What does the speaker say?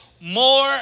more